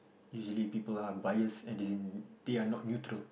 usually people are biased as in they are not neutral